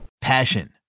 Passion